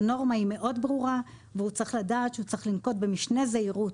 הנורמה היא מאוד ברורה והוא צריך לדעת שהוא צריך לנקוט במשנה זהירות.